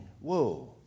Whoa